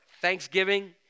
Thanksgiving